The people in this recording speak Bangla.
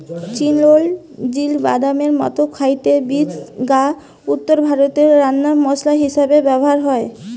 চিরোঞ্জির বাদামের মতো খাইতে বীজ গা উত্তরভারতে রান্নার মসলা হিসাবে ব্যভার হয়